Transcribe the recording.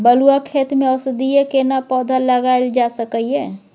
बलुआ खेत में औषधीय केना पौधा लगायल जा सकै ये?